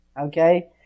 Okay